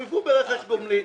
חויבו ברכש גומלין.